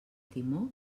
timó